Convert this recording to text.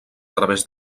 través